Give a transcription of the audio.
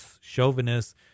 chauvinist